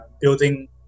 building